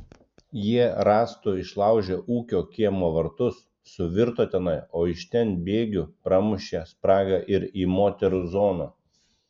jie rąstu išlaužė ūkio kiemo vartus suvirto tenai o iš ten bėgiu pramušė spragą ir į moterų zoną